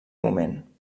moment